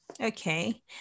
Okay